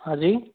हाँ जी